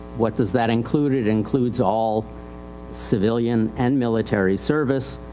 what does that include? it includes all civilian and military service,